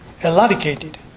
eradicated